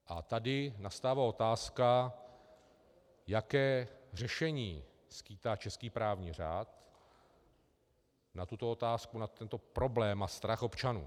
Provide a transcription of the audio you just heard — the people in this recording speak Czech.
A tady nastává otázka, jaké řešení skýtá český právní řád na tuto otázku, na tento problém a strach občanů.